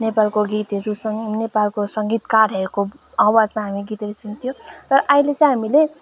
नेपालको गीतहरू सँगै नेपालको सङ्गीतकारहरूको आवाजमा हामी गीतहरू सुन्थ्यो तर अहिले चाहिँ हामीले